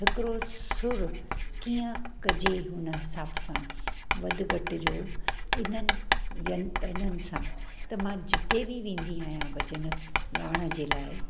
हिकिड़ो सुर कीअं कजे हुन हिसाब सां वधि घटि जो इन्हनि यंतननि सां त मां जिते बि वेंदी आहियां भजनि ॻायण जे लाइ